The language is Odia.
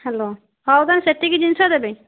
ହ୍ୟାଲୋ ହଉ ତାହାଲେ ସେତିକି ଜିନିଷ ଦେବେ